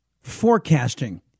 forecasting